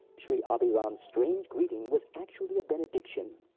shri abhiram's strange greeting was actually a benediction.